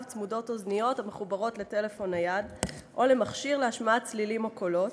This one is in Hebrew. צמודות אוזניות המחוברות לטלפון נייד או למכשיר להשמעת צלילים או קולות,